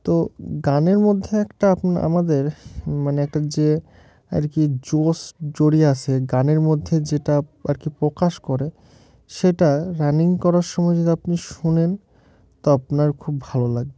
তো গানের মধ্যে একটা আপন আমাদের মানে একটা যে আর কি জোশ জড়িয়ে আসে গানের মধ্যে যেটা আর কি প্রকাশ করে সেটা রানিং করার সময় যদি আপনি শোনেন তো আপনার খুব ভালো লাগবে